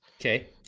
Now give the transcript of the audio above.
okay